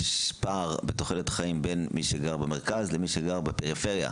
יש פער בתוחלת החיים בין מי שגר במרכז לבין מי שגר בפריפריה.